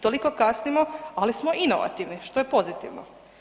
Toliko kasnimo ali smo inovativni što je pozitivno.